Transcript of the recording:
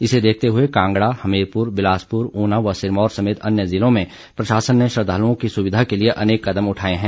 इसे देखते हुए कांगड़ा हमीरपुर बिलासपुर उना व सिरमौर समेत अन्य जिलों में प्रशासन ने श्रद्वालुओं की सुविधा के लिए अनेक कदम उठाए हैं